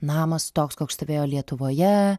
namas toks koks stovėjo lietuvoje